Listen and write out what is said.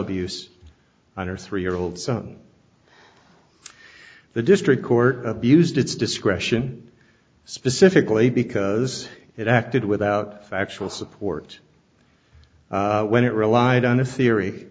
abuse on her three year old son the district court abused its discretion specifically because it acted without factual support when it relied on the theory